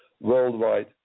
worldwide